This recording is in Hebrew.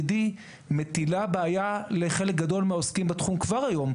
מטיל בעיה לחלק גדול מהעוסקים בתחום כבר היום,